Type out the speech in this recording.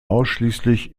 ausschließlich